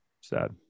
Sad